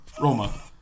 Roma